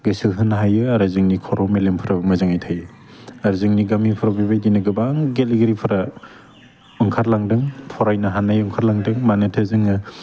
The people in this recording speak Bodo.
गोसो होनो हायो आरो जोंनि खर' मेलेमफ्रा मोजाङै थायो आरो जोंनि गामिफ्राव बेबायदिनो गोबां गेलेगिरिफोरा ओंखारलांदों फरायनो हानाय ओंखारलांदों मोनोथो जोङो